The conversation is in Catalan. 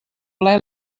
ple